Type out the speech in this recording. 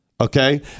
okay